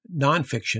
nonfiction